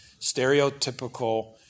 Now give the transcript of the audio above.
stereotypical